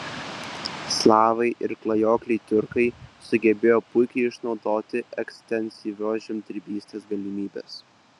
slavai ir klajokliai tiurkai sugebėjo puikiai išnaudoti ekstensyvios žemdirbystės galimybes